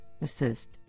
assist